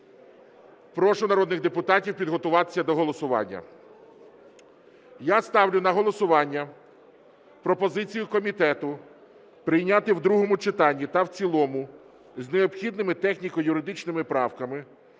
Прошу народних депутатів підготуватись до голосування. Я ставлю на голосування пропозицію комітету прийняти в другому читанні та в цілому з необхідними техніко-юридичними правками